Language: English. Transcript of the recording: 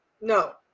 no